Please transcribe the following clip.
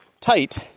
tight